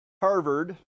Harvard